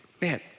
man